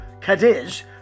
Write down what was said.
Cadiz